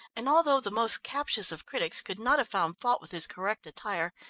and although the most captious of critics could not have found fault with his correct attire,